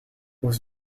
was